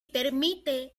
permite